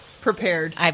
prepared